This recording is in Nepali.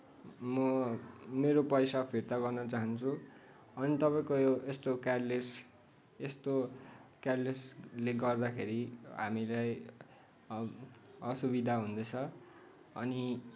म मेरो पैसा फिर्ता गर्न चाहन्छु अनि तपाईँको यो यस्तो केयरलेस यस्तो केयरलेसले गर्दाखेरि हामीलाई असुविधा हुँदैछ अनि